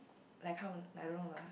like kind of I don't know lah